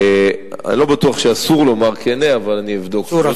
אני לא בטוח שאסור לומר כנה, אבל אני אבדוק.